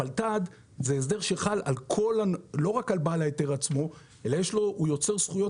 הפלת"ד הוא הסדר שחל לא רק על בעל ההיתר עצמו אלא הוא יוצר זכויות